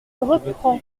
reprends